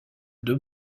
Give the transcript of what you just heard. deux